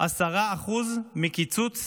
10% מקיצוץ